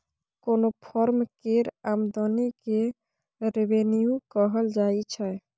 कोनो फर्म केर आमदनी केँ रेवेन्यू कहल जाइ छै